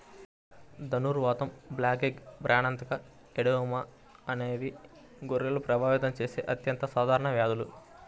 ధనుర్వాతం, బ్లాక్లెగ్, ప్రాణాంతక ఎడెమా అనేవి గొర్రెలను ప్రభావితం చేసే అత్యంత సాధారణ వ్యాధులు